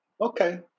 okay